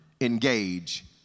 engage